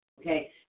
okay